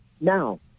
Now